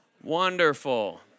wonderful